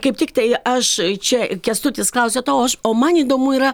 kaip tiktai aš čia kęstutis klausia to o aš o man įdomu yra